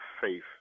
faith